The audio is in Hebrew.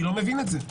אני לא מבין את זה.